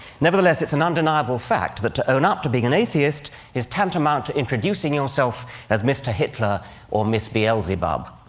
nevertheless, it's an undeniable fact that to own up to being an atheist is tantamount to introducing yourself as mr. hitler or miss beelzebub.